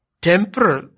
temporal